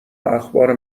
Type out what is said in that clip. اخبار